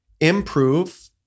improve